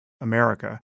America